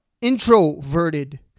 introverted